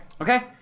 Okay